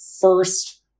first